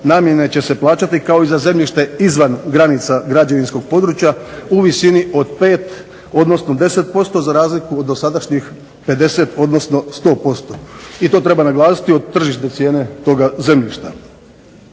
namjene će se plaćati kao i za zemljište izvan granica građevinskog područja u visini od 5 odnosno 10% za razliku od dosadašnjih 50 odnosno 100%. I to treba naglasiti od tržišne cijene toga zemljišta.